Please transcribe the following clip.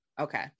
Okay